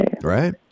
right